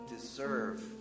deserve